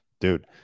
dude